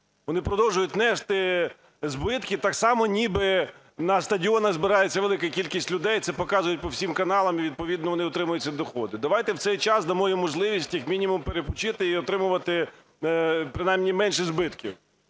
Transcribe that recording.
Вони продовжують нести збитки так само, ніби на стадіонах збирається велика кількість людей, це показують по всім каналам, і відповідно, вони отримують з цього доходи. Давайте в цей час дамо їм можливість як мінімум перепочити і отримувати принаймні менші збитки.